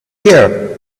here